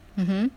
mmhmm